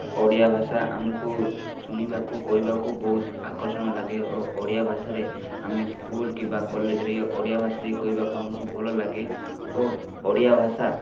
ଓଡ଼ିଆ ଭାଷା ଆମକୁ ଶୁଣିବାକୁ କହିବାକୁ ବହୁତ ଆକର୍ଷଣ ଲାଗେ ଓ ଓଡ଼ିଆ ଭାଷାରେ ଆମେ ସ୍କୁଲ୍ କିମ୍ବା କଲେଜ୍ରେ ଓଡ଼ିଆଭାଷା କହିବାକୁ ଆମକୁ ଭଲଲାଗେ ଓ ଓଡ଼ିଆଭାଷା